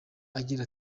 agira